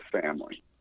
family